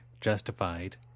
Justified